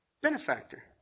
Benefactor